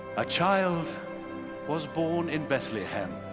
a child was born in bethlehem,